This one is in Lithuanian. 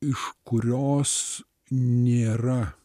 iš kurios nėra